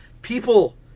People